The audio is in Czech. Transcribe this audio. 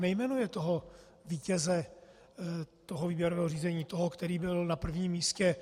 Nejmenuje vítěze toho výběrového řízení, toho, který byl na prvním místě.